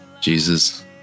Jesus